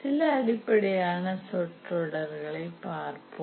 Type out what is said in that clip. சில அடிப்படையான சொற்றொடர்களை பார்ப்போம்